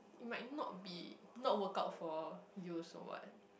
it might not be not work out for you also what